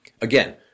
Again